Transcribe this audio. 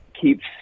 keeps –